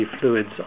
fluids